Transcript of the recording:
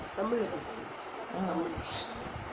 mm